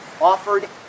offered